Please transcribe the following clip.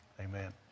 Amen